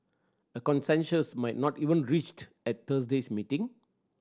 a consensus might not even reached at Thursday's meeting